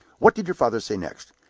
what did your father say next?